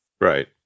Right